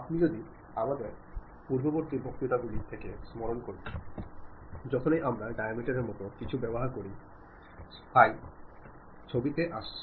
আপনি যদি আমাদের পূর্ববর্তী বক্তৃতাগুলি থেকে স্মরণ করেন যখনই আমরা ডায়ামিটারের মতো কিছু ব্যবহার করি সিম্বল ফাই ছবিতে আসে